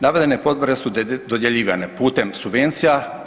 Navedene potpore su dodjeljivane putem subvencija.